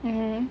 mmhmm